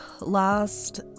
last